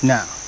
Now